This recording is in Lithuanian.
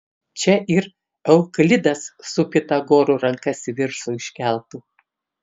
čia ir euklidas su pitagoru rankas į viršų iškeltų